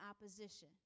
opposition